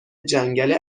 جنگل